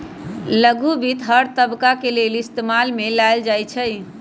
लघु वित्त हर तबका के लेल इस्तेमाल में लाएल जाई छई